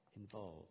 involved